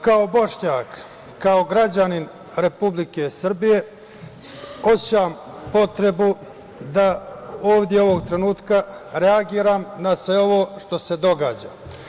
Kao Bošnjak, kao građanin Republike Srbije, osećam potrebu da ovde ovog trenutka reagujem na sve ovo što se događa.